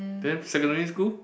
then secondary school